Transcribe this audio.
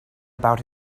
about